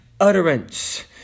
utterance